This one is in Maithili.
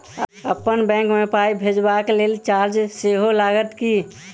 अप्पन बैंक मे पाई भेजबाक लेल चार्ज सेहो लागत की?